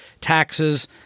taxes